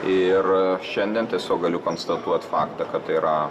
ir šiandien tiesiog galiu konstatuot faktą kad tai yra